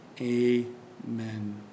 Amen